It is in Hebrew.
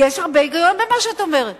יש הרבה היגיון במה שאת אומרת.